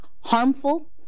harmful